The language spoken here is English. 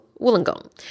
Wollongong